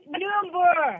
number